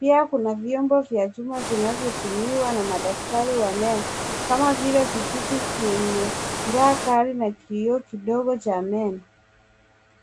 pia kuna vyombo vya vyuma vinavyotumia na madaktari wa meno kama vile vijiti vyenye njaa kali na kioo kidogo cha meno.